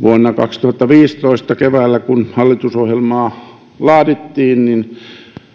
vuonna kaksituhattaviisitoista keväällä kun hallitusohjelmaa laadittiin